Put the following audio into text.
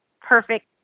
perfect